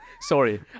Sorry